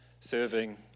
serving